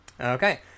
Okay